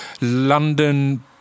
London